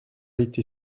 été